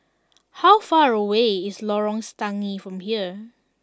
how far away is Lorong Stangee from here